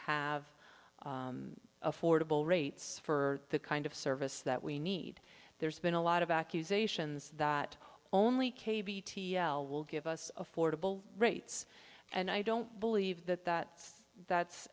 have affordable rates for the kind of service that we need there's been a lot of accusations that only cave will give us affordable rates and i don't believe that that that's